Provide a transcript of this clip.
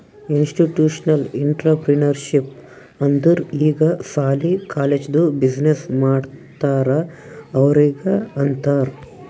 institutional entrepreneurship ಅಂದುರ್ ಈಗ ಸಾಲಿ, ಕಾಲೇಜ್ದು ಬಿಸಿನ್ನೆಸ್ ಮಾಡ್ತಾರ ಅವ್ರಿಗ ಅಂತಾರ್